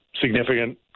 significant